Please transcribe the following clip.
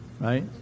right